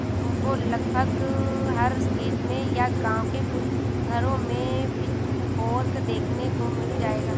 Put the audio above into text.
तुमको लगभग हर खेत में या गाँव के कुछ घरों में पिचफोर्क देखने को मिल जाएगा